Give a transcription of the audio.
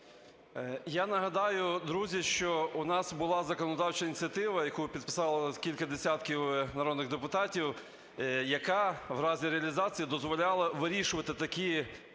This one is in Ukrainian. Я нагадаю, друзі, що у нас була законодавча ініціатива, яку підписало кілька десятків народних депутатів, яка в разі реалізації дозволяла вирішувати такі технічні